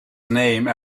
name